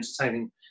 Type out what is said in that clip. entertaining